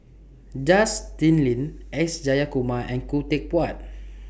Justin Lean S Jayakumar and Khoo Teck Puat